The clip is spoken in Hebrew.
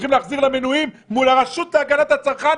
להחזיר למינויים מול הרשות להגנת הצרכן,